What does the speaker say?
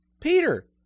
Peter